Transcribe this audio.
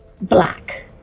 black